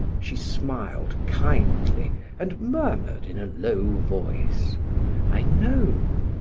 she smiled kindly and murmured in a low voice i know.